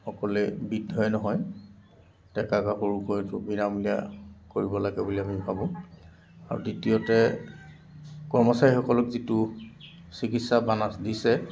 অকলে বৃদ্ধই নহয় ডেকা গাভৰুকো এইটো বিনামূলীয়া কৰিব লাগে বুলি আমি ভাবোঁ আৰু দ্বিতীয়তে কৰ্মচাৰীসকলক যিটো চিকিৎসা বনাচ দিছে